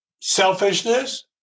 selfishness